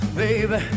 baby